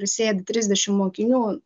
ir sėdi trisdešim mokinių